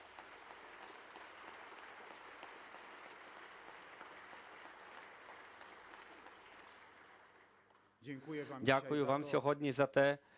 Дякую вам сьогодні за те,